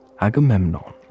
Agamemnon